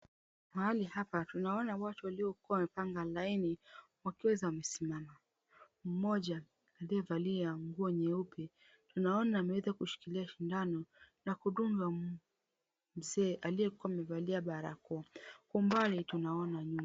Mahali hapa tunaona watu waliokuwa wamepanga laini wakiwa wamesimama. Mmoja aliyevaa nguo nyeupe tunaona ameza ushikilia shindano na kudunga mzee aliyekuwa amevalia barakoa. Kumbe wale tunaona ni nini?